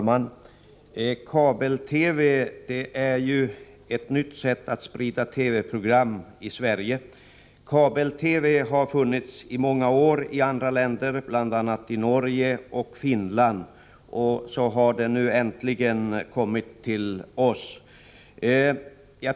Herr talman! Kabel-TV är ju ett nytt sätt att sprida TV-program i Sverige. Kabel-TV har funnits i många år i andra länder, bl.a. i Norge och Finland, och har nu äntligen kommit till oss.